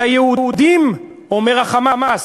את היהודים, אומר ה"חמאס"